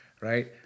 Right